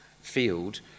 field